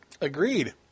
Agreed